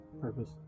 purpose